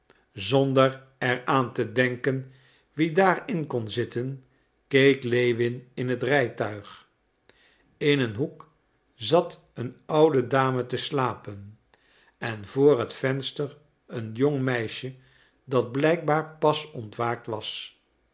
zonder er aan te denken wie daar in kon zitten keek lewin in het rijtuig in een hoek zat een oude dame te slapen en voor het venster een jong meisje dat blijkbaar pas ontwaakt was